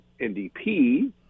NDP